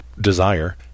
desire